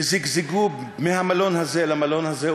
וזיגזגו מהמלון הזה למלון הזה,